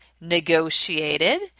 negotiated